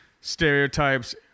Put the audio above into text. stereotypes